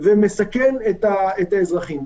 ומסכן את האזרחים.